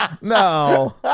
no